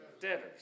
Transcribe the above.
debtors